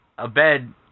Abed